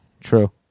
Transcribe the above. True